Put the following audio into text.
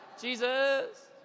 Jesus